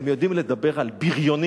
הם יודעים לדבר על בריונים.